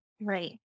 Right